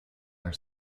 are